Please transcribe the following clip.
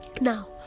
Now